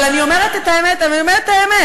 אבל אני אומרת את האמת, אני אומרת את האמת.